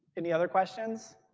any other questions?